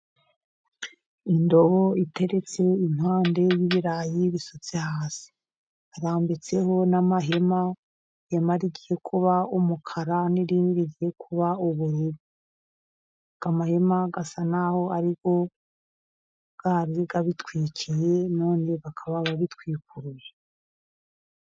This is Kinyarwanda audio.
Indobo iteretse impande y'ibirayi bisutse hasi, irambitseho n'amahema, ihema rigiye kuba umukara, n'irindi rigiye kuba ubururu, aya mahema asa n'aho ariyo yari abitwikiriye, none bakaba babitwikuruye.